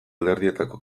alderdietako